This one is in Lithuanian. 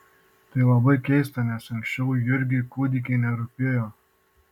tai labai keista nes anksčiau jurgiui kūdikiai nerūpėjo